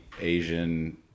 Asian